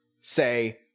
say